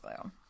glue